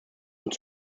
und